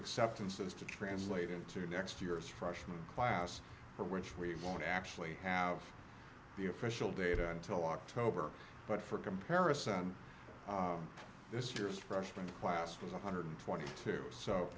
acceptances to translate into next year's freshman class for which we won't actually have the official data until october but for comparison this year's freshman class was one hundred and twenty two so